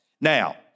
Now